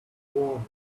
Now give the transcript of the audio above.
warming